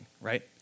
right